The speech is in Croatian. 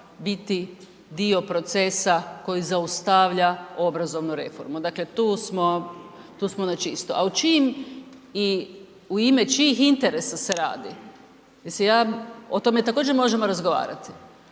biti dio procesa koji zaustavlja obrazovnu reformu. Dakle tu smo na čisto. A u čijim i u ime čijih interesa se radi, o tome također možemo razgovarati.